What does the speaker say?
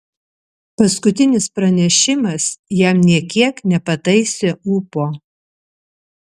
paskutinis pranešimas jam nė kiek nepataisė ūpo